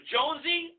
Jonesy